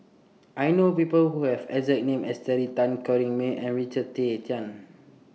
I know People Who Have exact name as Terry Tan Corrinne May and Richard Tay Tian